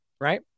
right